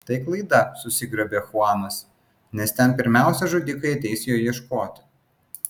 tai klaida susigriebė chuanas nes ten pirmiausia žudikai ateis jo ieškoti